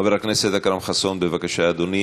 חבר הכנסת אכרם חסון, בבקשה, אדוני.